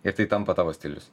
ir tai tampa tavo stilius